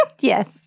Yes